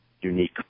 unique